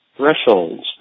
thresholds